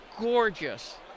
gorgeous